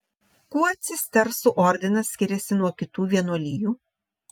kuo cistersų ordinas skiriasi nuo kitų vienuolijų